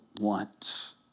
want